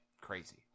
crazy